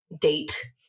date